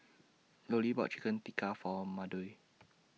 Lollie bought Chicken Tikka For Maude